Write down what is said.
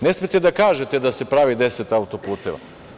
Ne smete da kažete da se pravi 10 autoputeva.